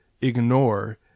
ignore